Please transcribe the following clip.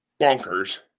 bonkers